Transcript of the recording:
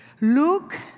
Luke